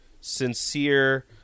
Sincere